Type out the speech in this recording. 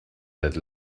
that